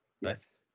Yes